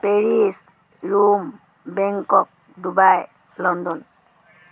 Paris Rome Bangkok Dubai London